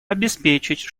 обеспечить